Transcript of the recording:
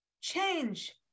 change